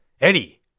Eddie